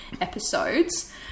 episodes